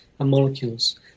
Molecules